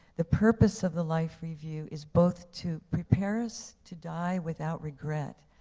the purpose of the life review is both to prepare us to die without regret,